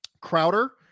Crowder